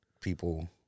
people